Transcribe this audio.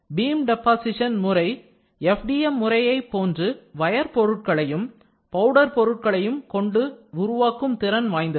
beam deposition முறை FDM முறையை போன்று வயர் பொருட்களையும் பவுடர் பொருட்களையும் கொண்டு உருவாக்கும் திறன் வாய்ந்தது